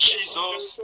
Jesus